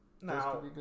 Now